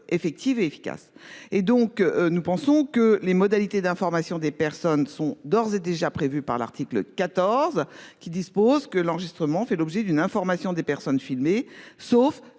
effective et efficace et donc nous pensons que les modalités d'information des personnes sont d'ores et déjà prévue par l'article 14 qui dispose que l'enregistrement fait l'objet d'une information des personnes filmées, sauf